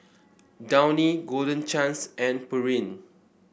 Downy Golden Chance and Pureen